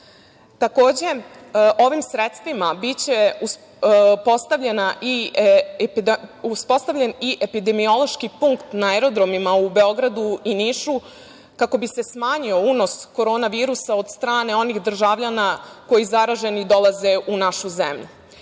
Kragujevac. Ovim sredstvima biće uspostavljen i epidemiološki punkt na aerodromima u Beogradu i Nišu, kako bi se smanjio unos korona virusa od strane onih državljana koji zaraženi dolaze u našu zemlju. Pored